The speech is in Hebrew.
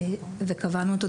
וקבענו אותו,